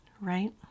Right